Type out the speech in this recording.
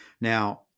now